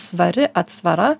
svari atsvara